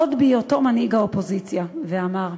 עוד בהיותו מנהיג האופוזיציה, ואמר: